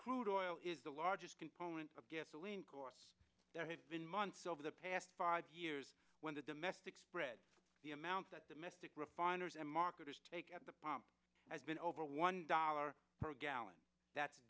crude oil is the largest component of gasoline costs there have been months over the past five years when the domestic spread the amount that domestic refiners and marketers take at the pump has been over one dollar per gallon that